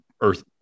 earth